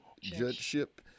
Judgeship